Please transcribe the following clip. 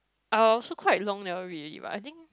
I also quite long never read already but I think